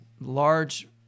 large